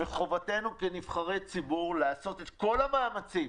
וחובתנו כנבחרי ציבור לעשות את כל המאמצים